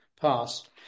past